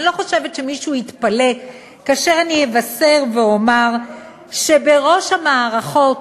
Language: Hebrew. אני לא חושבת שמישהו יתפלא כאשר אני אבשר ואומר שבראש המערכות,